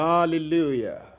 Hallelujah